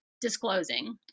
disclosing